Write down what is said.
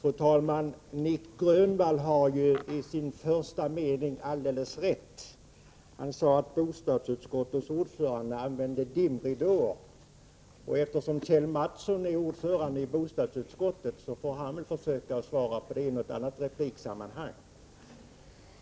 Fru talman! Det som Nic Grönvall säger i sin första mening är alldeles rätt. Han sade att bostadsutskottets ordförande använde dimridåer. Eftersom Kjell Mattsson är ordförande i bostadsutskottet får väl han försöka svara på det i något annat repliksammanhang.